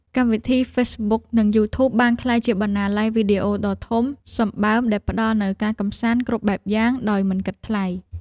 កម្មវិធីហ្វេសប៊ុកនិងយូធូបបានក្លាយជាបណ្ណាល័យវីដេអូដ៏ធំសម្បើមដែលផ្ដល់នូវការកម្សាន្តគ្រប់បែបយ៉ាងដោយមិនគិតថ្លៃ។